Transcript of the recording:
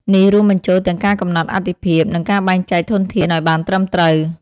នេះរួមបញ្ចូលទាំងការកំណត់អាទិភាព និងការបែងចែកធនធានឱ្យបានត្រឹមត្រូវ។